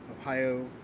Ohio